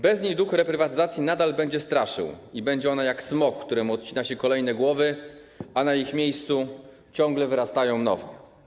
Bez niej duch reprywatyzacji nadal będzie straszył i będzie ona jak smok, któremu odcina się kolejne głowy, a na ich miejscu ciągle wyrastają nowe.